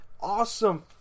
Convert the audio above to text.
Awesome